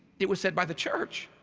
it was said by the church.